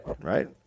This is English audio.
Right